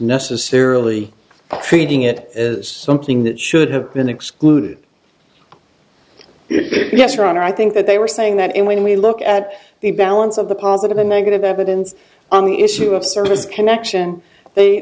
necessarily treating it as something that should have been excluded yes your honor i think that they were saying that and when we look at the balance of the positive and negative evidence on the issue of service connection